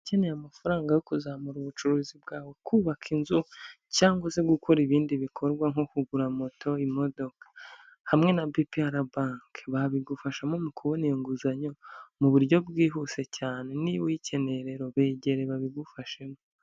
Ukeneye amafaranga yo kuzamura ubucuruzi bwawe, kubaka inzu cyangwa se gukora ibindi bikorwa nko kugura moto, imodoka, hamwe na BPR banki babigufashamo mu kubona iyo nguzanyo mu buryo bwihuse cyane, niba uyikeneye rero begere babigufashemo.